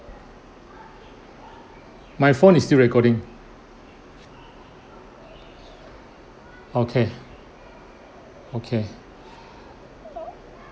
my phone is still recording okay okay